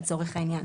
לצורך העניין,